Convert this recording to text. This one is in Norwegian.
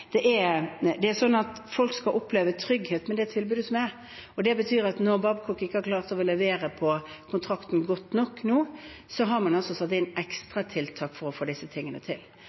Det betyr at når Babcock ikke har klart å levere godt nok på kontrakten nå, har man satt inn ekstratiltak for å få disse tingene til.